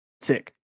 sick